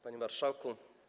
Panie Marszałku!